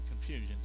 confusion